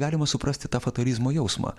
galima suprasti tą fatalizmo jausmą